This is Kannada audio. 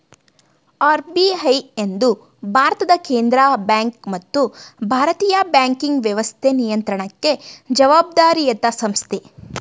ಆರ್.ಬಿ.ಐ ಎಂದು ಭಾರತದ ಕೇಂದ್ರ ಬ್ಯಾಂಕ್ ಮತ್ತು ಭಾರತೀಯ ಬ್ಯಾಂಕಿಂಗ್ ವ್ಯವಸ್ಥೆ ನಿಯಂತ್ರಣಕ್ಕೆ ಜವಾಬ್ದಾರಿಯತ ಸಂಸ್ಥೆ